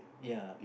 ya